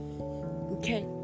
Okay